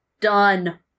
Done